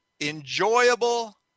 Enjoyable